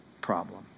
problem